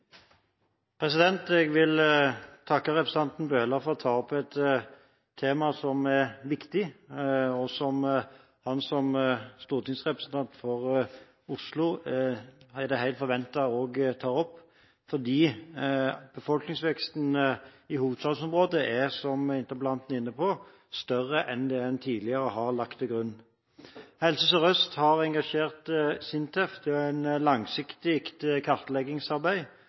Jeg vil takke representanten Bøhler for å ta opp et tema som er viktig, og som det også er helt forventet at han som stortingsrepresentant for Oslo tar opp, fordi befolkningsveksten i hovedstadsområdet er, som interpellanten er inne på, større enn en tidligere har lagt til grunn. Helse Sør-Øst har engasjert SINTEF til et langsiktig kartleggingsarbeid